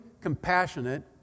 compassionate